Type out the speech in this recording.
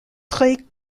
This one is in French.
très